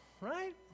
right